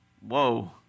Whoa